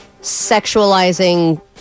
sexualizing